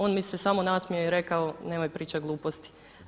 On mi se samo nasmijao i rekao nemoj pričat gluposti.